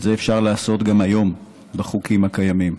את זה אפשר לעשות גם היום בחוקים הקיימים.